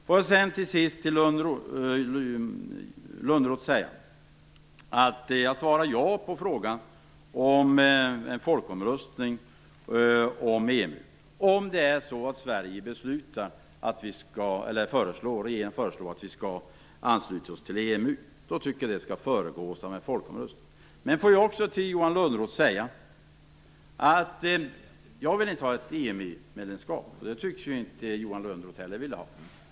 Låt mig sedan till sist till Johan Lönnroth säga att jag svarar ja på frågan om en folkomröstning om EMU, om regeringen föreslår att vi skall ansluta oss till EMU. Det tycker jag i så fall skall föregås av en folkomröstning. Men låt mig också till Johan Lönnroth säga: Jag vill inte ha ett EMU-medlemskap. Det tycks ju inte Johan Lönnroth heller vilja.